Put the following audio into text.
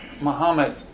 Muhammad